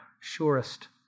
surest